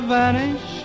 vanish